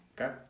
okay